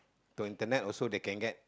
the internet also they can get